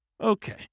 Okay